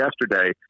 yesterday